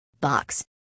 box